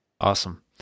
Awesome